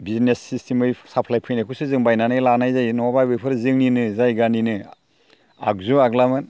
business सिसिटेमै supply फैनायखौसो जों बायनानै लानाय जायो नङाबा बेफोर जोंनिनो जायगानिनो आगजु आग्लामोन